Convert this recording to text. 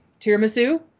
tiramisu